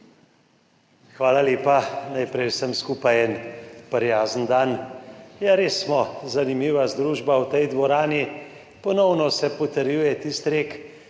Hvala lepa. Najprej vsem skupaj en prijazen dan! Ja, res smo zanimiva družba v tej dvorani. Ponovno se potrjuje tisti rek,